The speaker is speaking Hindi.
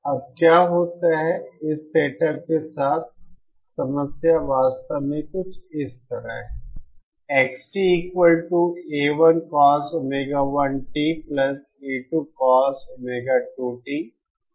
अब क्या होता है कि इस सेटअप के साथ समस्या वास्तव में कुछ इस तरह है